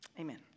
Amen